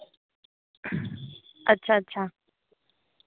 अच्छा अच्छा